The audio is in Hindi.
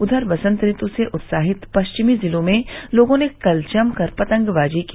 उधर वसंत ऋतु से उत्साहित पश्चिमी जिलों में लोगों ने कल जमकर पतंगबाजी की